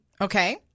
Okay